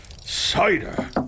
Cider